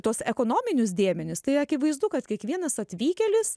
tuos ekonominius dėmenis tai akivaizdu kad kiekvienas atvykėlis